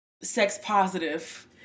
sex-positive